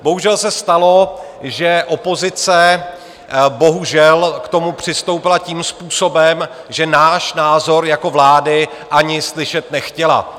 Bohužel se stalo, že opozice bohužel k tomu přistoupila tím způsobem, že náš názor jako vlády ani slyšet nechtěla.